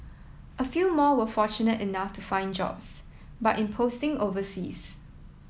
a few more were fortunate enough to find jobs but in posting overseas